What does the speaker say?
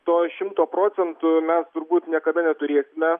to šimto procentų mes turbūt niekada neturėsime